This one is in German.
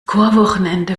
chorwochenende